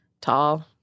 Tall